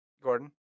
Gordon